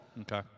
Okay